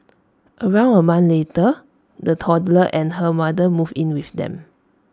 around A month later the toddler and her mother moved in with them